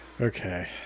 Okay